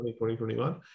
2021